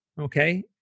Okay